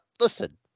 Listen